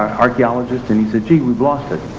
ah archaeologist and he said gee we've lost it,